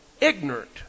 ignorant